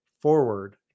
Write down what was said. forward